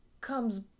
comes